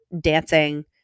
dancing